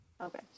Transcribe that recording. okay